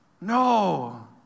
no